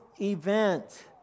event